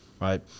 right